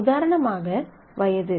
உதாரணமாக வயது